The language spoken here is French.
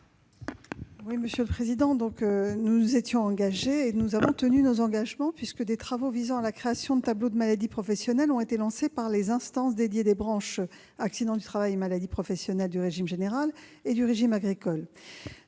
? Madame la sénatrice, nous avons tenu les engagements que nous avons pris, puisque les travaux visant à la création de tableaux de maladies professionnelles ont été lancés par les instances dédiées de la branche accidents du travail et maladies professionnelles du régime général et du régime agricole.